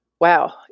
Wow